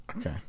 Okay